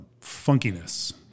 funkiness